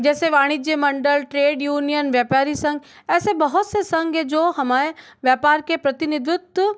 जैसे वाणिज्य मण्डल ट्रैड यूनियन व्यापरी संघ ऐसे बहुत से संग है जो हमारे व्यापार के प्रतिनिधित्व